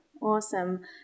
Awesome